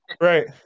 Right